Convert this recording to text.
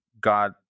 god